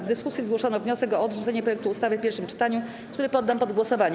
W dyskusji zgłoszono wniosek o odrzucenie projektu ustawy w pierwszym czytaniu, który poddam pod głosowanie.